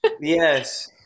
Yes